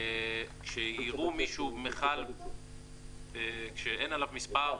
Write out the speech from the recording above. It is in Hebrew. כשיראו מיכל שאין עליו מספר,